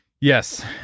Yes